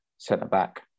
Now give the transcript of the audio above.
centre-back